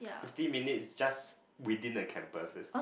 fifty minutes just within the campuses